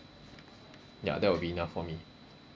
ya that will be enough for me